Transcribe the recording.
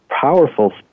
powerful